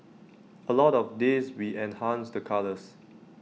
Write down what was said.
A lot of this we enhanced the colours